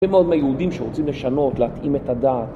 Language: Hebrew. הרבה מאוד מהיהודים שרוצים לשנות, להתאים את הדת